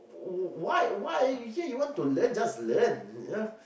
w~ why why you here you want to learn just learn you know